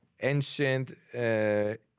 ancient